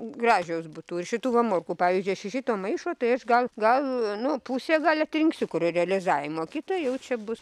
gražios būtų ir šitų va morkų pavyzdžiui aš iš šito maišo tai aš gal gal nu pusę gal atrinksiu kuri realizavimui o kita jau čia bus